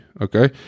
okay